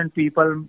people